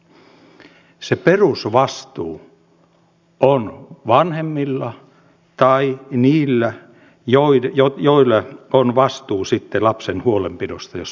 se perusvastuu on vanhemmilla tai niillä joilla on vastuu sitten lapsen huolenpidosta jos vanhempia ei ole